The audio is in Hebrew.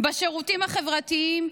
בשירותים החברתיים,